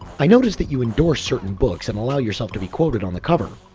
i noticed that you endorse certain books and allow yourself to be quoted on the cover.